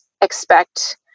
expect